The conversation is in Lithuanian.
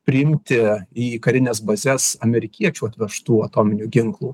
priimti į karines bazes amerikiečių atvežtų atominių ginklų